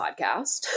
podcast